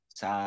sa